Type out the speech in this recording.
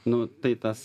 nu tai tas